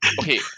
Okay